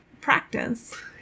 practice